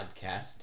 Podcast